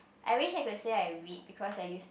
I wish I could say I read because I use